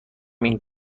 این